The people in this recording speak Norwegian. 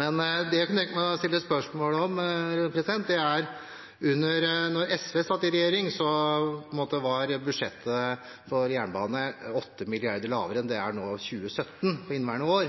Men det jeg kunne tenke meg å stille spørsmål om, dreier seg om da SV satt i regjering. Da var budsjettet for jernbane 8 mrd. kr lavere enn det er nå i 2017, inneværende år.